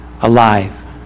alive